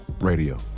Radio